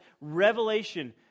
revelation